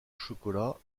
chocolat